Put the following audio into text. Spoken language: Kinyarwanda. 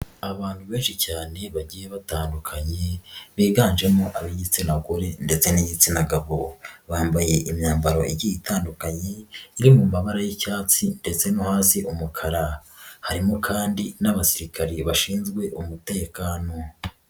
Abantu benshi cyane bagiye batandukanye biganjemo ab'igitsina gore ndetse n'igitsina gabo, bambaye imyambaro igiye itandukanye, iri mu mabara y'icyatsi ndetse no hasi umukara, harimo kandi n'abasirikare bashinzwe umutekano.